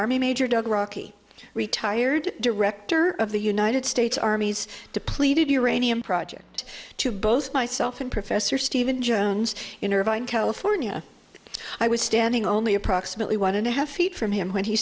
army major drug rocky retired director of the united states army's depleted uranium project to both myself and professor steven jones in irvine california i was standing only approximately one and a half feet from him when he